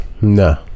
No